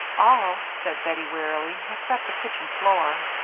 all, said bettie, wearily, except the kitchen floor,